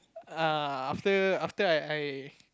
err after after I I